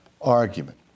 argument